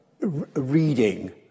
reading